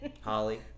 Holly